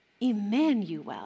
Emmanuel